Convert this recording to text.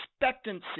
expectancy